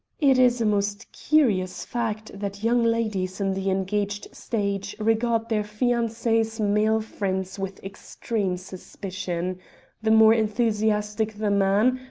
it is a most curious fact that young ladies in the engaged stage regard their fiance's male friends with extreme suspicion the more enthusiastic the man,